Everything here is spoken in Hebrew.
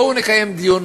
בואו נקיים דיון